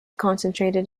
concentrated